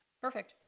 Perfect